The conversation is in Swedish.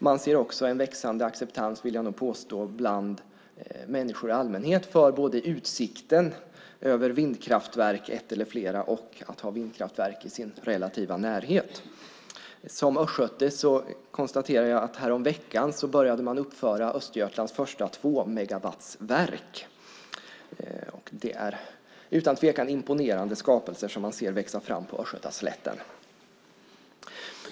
Jag vill också påstå att man ser en växande acceptans bland människor i allmänhet för både utsikten över ett eller flera vindkraftverk och att ha vindkraftverk i sin relativa närhet. Som östgöte konstaterar jag att häromveckan började man uppföra Östergötlands första tvåmegawattsverk. Det är utan tvekan imponerande skapelser som man ser växa fram på Östgötaslätten.